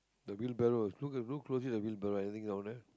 the wheelbarrow look closer the wheelbarrow anything down there